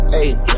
ayy